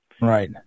Right